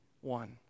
one